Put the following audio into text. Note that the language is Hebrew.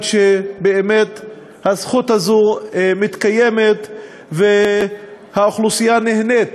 שהזכות הזאת מתקיימת והאוכלוסייה נהנית